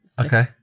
Okay